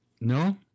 No